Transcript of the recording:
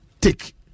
take